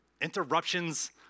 Interruptions